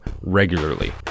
regularly